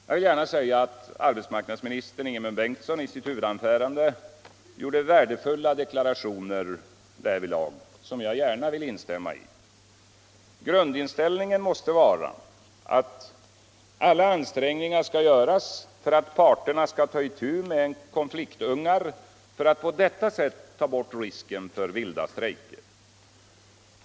Jag vill i det sammanhanget säga att arbetsmarknadsminister Ingemund Bengtsson i sitt huvudanförande gjorde värdefulla deklarationer därvidlag som jag gärna vill instämma i. Grundinställningen måste vara att alla ansträngningar skall göras för att parterna skall ta itu med konfliktungar för att på detta sätt ta bort risken för vilda strejker.